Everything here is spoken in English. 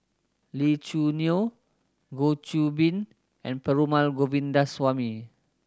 Lee Choo Neo Goh Qiu Bin and Perumal Govindaswamy